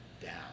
down